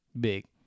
big